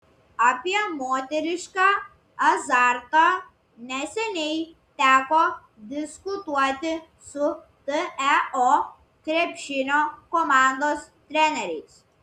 apie moterišką azartą neseniai teko diskutuoti su teo krepšinio komandos treneriais